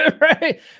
right